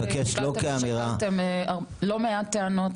לא מעט טענות